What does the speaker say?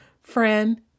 friend